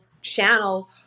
channel